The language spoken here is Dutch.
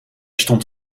stond